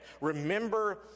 remember